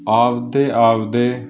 ਆਪਣੇ ਆਪਣੇ